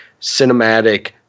cinematic